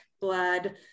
blood